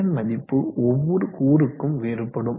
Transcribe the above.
இதன் மதிப்பு ஒவ்வொரு கூறுக்கும் வேறுபடும்